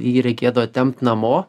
jį reikėdavo tempt namo